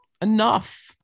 Enough